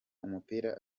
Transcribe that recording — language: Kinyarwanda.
umupira